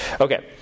Okay